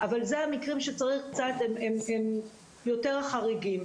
אבל זה המקרים היותר חריגים.